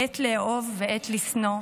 עת לאהֹב ועת לשנֹא,